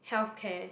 healthcare